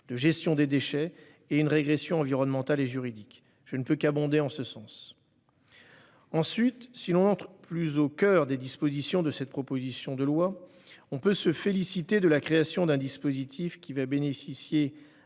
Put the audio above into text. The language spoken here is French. de gestion des déchets et une régression environnementale et juridique. Je ne peux qu'abonder en ce sens. Ensuite, si l'on entre plus au coeur des dispositions de cette proposition de loi, on peut se féliciter de la création d'un dispositif qui va bénéficier